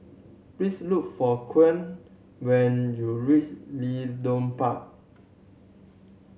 please look for when you reach Leedon Park